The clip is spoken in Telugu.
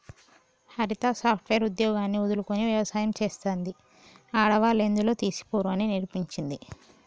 హరిత సాఫ్ట్ వేర్ ఉద్యోగాన్ని వదులుకొని వ్యవసాయం చెస్తాంది, ఆడవాళ్లు ఎందులో తీసిపోరు అని నిరూపించింది